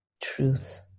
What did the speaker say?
truth